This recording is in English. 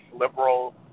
liberal